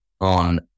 on